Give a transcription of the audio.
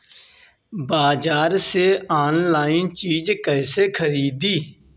बाजार से आनलाइन चीज कैसे खरीदी?